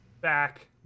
back